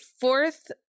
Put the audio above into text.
fourth